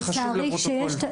זה חשוב לפרוטוקול.